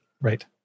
Right